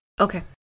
Okay